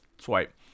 swipe